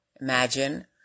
Imagine